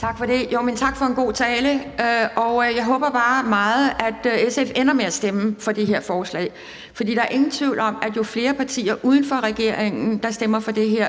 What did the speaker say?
Tak for en god tale, og jeg håber bare meget, at SF ender med at stemme for det her forslag, for der er ingen tvivl om, at jo flere partier uden for regeringen der stemmer for det her,